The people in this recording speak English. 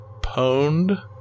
pwned